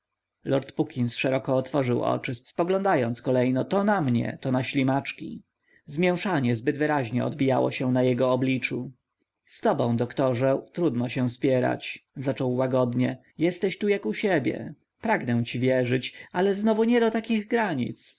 motylami lord puckins szeroko otworzył oczy spoglądając kolejno to na mnie to na ślimaczki zmięszanie zbyt wyraźnie odbijało się na jego obliczu z tobą doktorze trudno się spierać zaczął łagodnie jesteś tu jak u siebie pragnę ci wierzyć ale znowu nie do takich granic